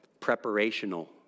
preparational